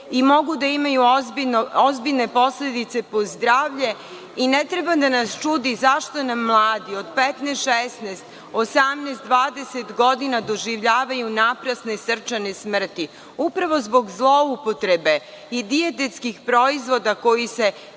i mogu da imaju ozbiljne posledice po zdravlje i ne treba da nas čudi zašto nam mladi od 15, 16, 18, 20 godina doživljavaju naprasne srčane smrti. Upravo zbog zloupotrebe dijetetskih proizvoda koji se